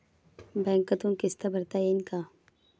बँकेतून किस्त भरता येईन का?